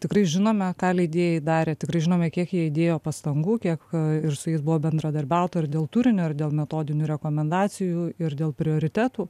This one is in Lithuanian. tikrai žinome ką leidėjai darė tikrai žinome kiek jie įdėjo pastangų kiek ir su jais buvo bendradarbiauta ir dėl turinio ir dėl metodinių rekomendacijų ir dėl prioritetų